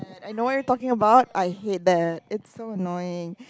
I know what you are talking about I hate that it's so annoying